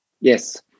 Yes